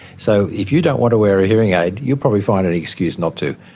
so if you don't want to wear a hearing aid you'll probably find an excuse not to.